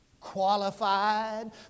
Qualified